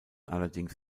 allerdings